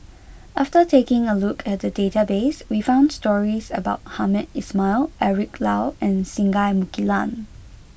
after taking a look at the database we found stories about Hamed Ismail Eric Low and Singai Mukilan